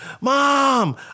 Mom